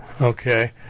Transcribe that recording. okay